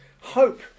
hope